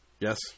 Yes